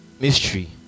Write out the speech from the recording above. mystery